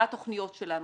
מה התכניות שלנו